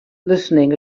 listening